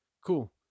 Cool